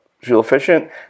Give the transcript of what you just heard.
fuel-efficient